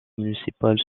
municipale